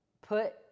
put